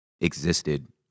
existed